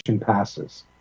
passes